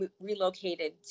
relocated